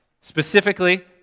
specifically